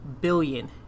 billion